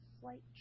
slight